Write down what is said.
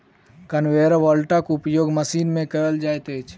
conveyor बेल्टक उपयोग machine मे कयल जाइत अछि